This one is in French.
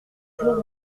jour